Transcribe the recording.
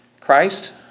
Christ